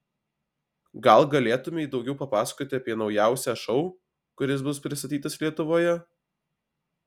gal galėtumei daugiau papasakoti apie naujausią šou kuris bus pristatytas lietuvoje